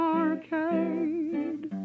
arcade